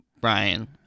brian